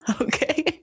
Okay